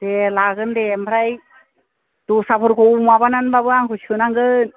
दे लागोन दे ओमफ्राय दस्राफोरखौ माबानानैबाबो आंखौ सोनांगोन